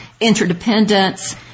interdependence